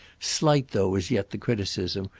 slight though as yet the criticism,